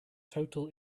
total